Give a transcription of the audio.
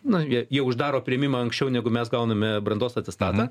na jie jie uždaro priėmimą anksčiau negu mes gauname brandos atestatą